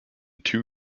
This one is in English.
two